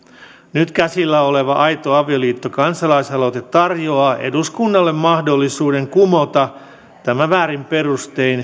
nyt käsillä oleva aito avioliitto kansalais aloite tarjoaa eduskunnalle mahdollisuuden kumota tämä väärin perustein